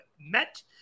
Met